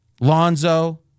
Lonzo